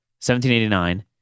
1789